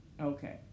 Okay